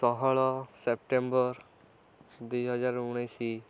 ଷୋହଳ ସେପ୍ଟେମ୍ବର ଦୁଇହଜାର ଉଣେଇଶ